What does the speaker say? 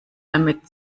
damit